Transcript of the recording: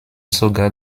sogar